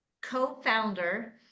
co-founder